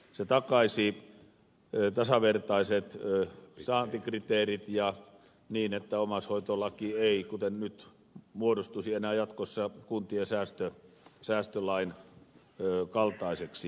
se takaisi tasavertaiset saantikriteerit niin että omaishoitolaki ei kuten nyt muodostuisi enää jatkossa kuntien säästölain kaltaiseksi